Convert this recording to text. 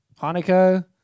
Hanukkah